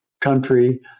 country